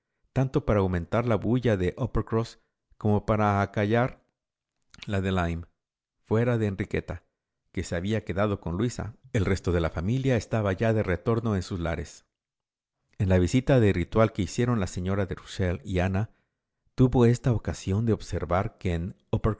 tanto para aumentar la bulla de uppercross como para acallar la de lyme fuera de enriqueta que se había quedado con luisa el resto de la familia estaba ya de retorno en sus lares en la visita de ritual que hicieron la señora de rusell y ana tuvo ésta ocasión de observar que